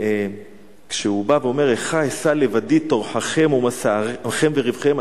כשהוא בא ואומר: "איכה אשא לבדי טרחכם ומשאכם וריבכם".